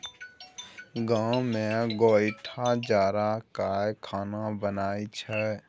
गाम मे गोयठा जरा कय खाना बनइ छै